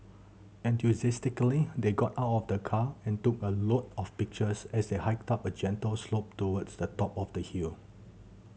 enthusiastically they got out of the car and took a lot of pictures as they hiked up a gentle slope towards the top of the hill